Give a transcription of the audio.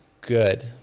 good